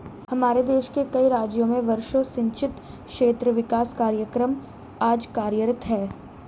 हमारे देश के कई राज्यों में वर्षा सिंचित क्षेत्र विकास कार्यक्रम आज कार्यरत है